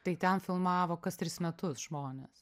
tai ten filmavo kas tris metus žmones